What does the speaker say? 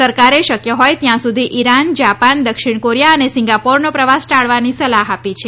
સરકારે શક્ય હોય ત્યાં સુધી ઇરાન જાપાન દક્ષિણ કોરિયા અને સિંગાપોરનો પ્રવાસ ટાળવાની સલાહ્ આપી છે